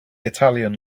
italian